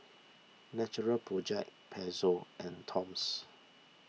Natural Project Pezzo and Toms